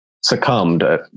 succumbed